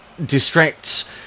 distracts